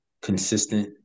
consistent